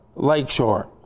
lakeshore